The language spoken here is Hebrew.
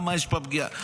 כי יש בו פגיעה,